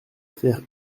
faire